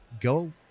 go